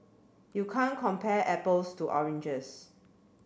you can't compare apples to oranges